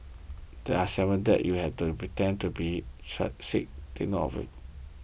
there are seven dates you have to pretend to be sick take note of